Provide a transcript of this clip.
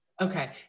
Okay